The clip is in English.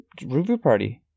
ReviewParty